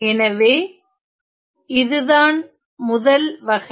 எனவே இதுதான் முதல் வகை